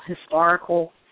historical